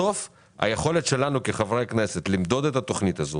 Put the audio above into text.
בסוף היכולת שלנו כחברי כנסת למדוד את התכנית הזאת